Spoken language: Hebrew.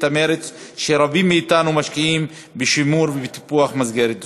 המרץ שרבים מאתנו משקיעים בשימור ובטיפוח מסגרת זו.